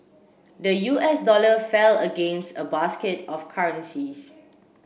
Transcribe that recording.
the U S dollar fell against a basket of currencies